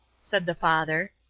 said the father.